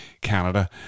Canada